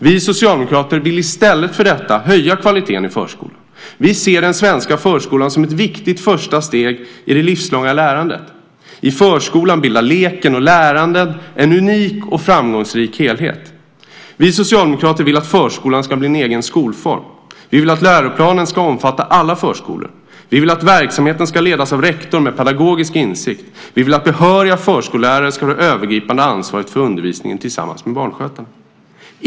Vi socialdemokrater vill i stället för detta höja kvaliteten i förskolan. Vi ser den svenska förskolan som ett viktigt första steg i det livslånga lärandet. I förskolan bildar leken och lärandet en unik och framgångsrik helhet. Vi socialdemokrater vill att förskolan ska bli en egen skolform. Vi vill att läroplanen ska omfatta alla förskolor. Vi vill att verksamheten ska ledas av rektor med pedagogisk insikt. Vi vill att behöriga förskollärare ska ha det övergripande ansvaret för undervisningen tillsammans med barnskötare.